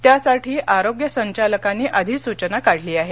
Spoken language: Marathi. त्यासाठी आरोग्य संचालकांनी अधिसूचना काढली आहे